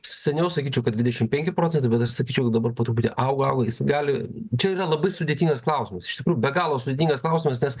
seniau sakyčiau kad dvidešimt penki proentai bet aš sakyčiau dabar po truputį auga jis gali čia yra labai sudėtingas klausimas iš tikrųjų be galo sudėtingas klausimas nes